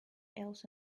else